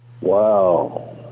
wow